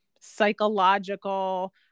psychological